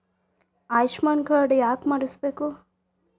Ayushman card ಯಾಕೆ ಮಾಡಿಸಬೇಕು?